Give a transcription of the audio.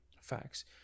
facts